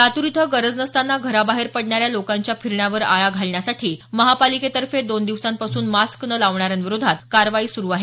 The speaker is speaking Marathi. लातूर इथं गरज नसताना घराबाहेर पडणाऱ्या लोकांच्या फिरण्यावर आळा घालण्यासाठी महापालिकेतर्फे दोन दिवसांपासून मास्क न लावणाऱ्यांविरोधात कारवाई सुरू आहे